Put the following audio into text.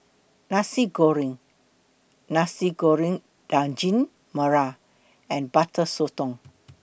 Nasi Goreng Nasi Goreng Daging Merah and Butter Sotong